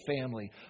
family